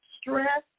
Stress